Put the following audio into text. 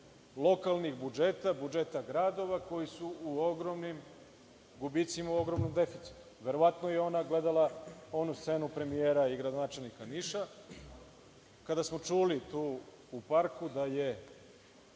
lokalnih budžeta, budžeta gradova koji su u ogromnim gubicima, u ogromnom deficitu. Verovatno je i ona gledala onu scenu premijera i gradonačelnika Niša kada smo čuli u parku da je